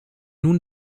nun